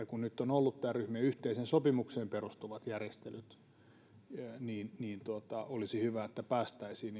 kun nyt on ollut näitä ryhmien yhteiseen sopimukseen perustuvia järjestelyjä niin niin olisi hyvä että päästäisiin